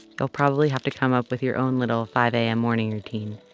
you'll probably have to come up with your own little five a m. morning routine,